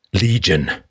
legion